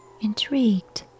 Intrigued